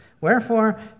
Wherefore